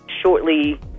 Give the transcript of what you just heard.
Shortly